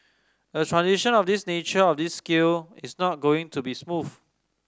a transition of this nature of this scale is not going to be smooth